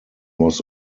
was